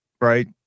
right